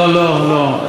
לא, לא, לא.